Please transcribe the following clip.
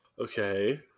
Okay